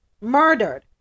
murdered